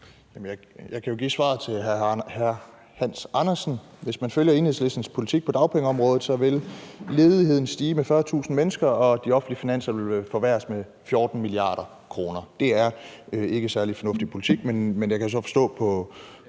Jeg kan jo give det svar til hr. Hans Andersen, at hvis man følger Enhedslistens politik på dagpengeområdet, så vil ledigheden stige med 40.000 mennesker, og de offentlige finanser vil forværres med 14 mia. kr. Det er ikke særlig fornuftig politik, men jeg kan så forstå på